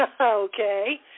Okay